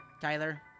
Tyler